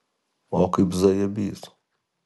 o kaip zajabys